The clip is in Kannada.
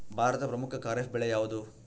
ಭಾರತದ ಪ್ರಮುಖ ಖಾರೇಫ್ ಬೆಳೆ ಯಾವುದು?